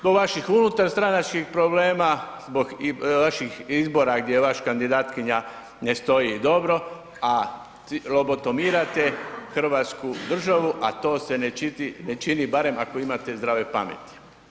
Zbog vaših unutarstranačkih problema, zbog vaših izbora gdje vaša kandidatkinja ne stoji dobro a lobotomirate hrvatsku državu a to se ne čini barem ako imate zdrave pameti.